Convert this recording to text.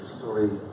story